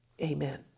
Amen